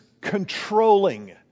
controlling